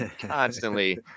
constantly